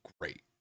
great